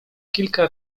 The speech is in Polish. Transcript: kilka